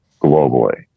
globally